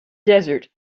desert